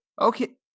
okay